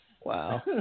wow